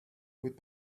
with